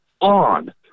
on